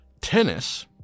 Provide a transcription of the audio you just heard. Tennis